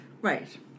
Right